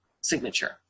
signature